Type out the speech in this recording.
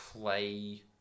play